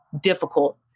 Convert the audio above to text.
difficult